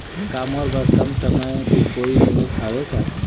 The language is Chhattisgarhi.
का मोर बर कम समय के कोई निवेश हावे का?